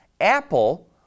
Apple